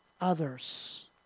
Others